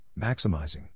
maximizing